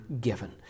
given